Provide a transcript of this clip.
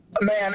Man